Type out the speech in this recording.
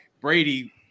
Brady